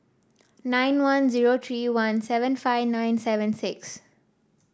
nine one zero three one seven five nine seven six